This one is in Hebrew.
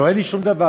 אין לי שום דבר,